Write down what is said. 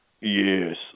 Yes